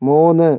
മൂന്ന്